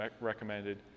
recommended